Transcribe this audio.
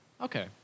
Okay